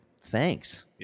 thanks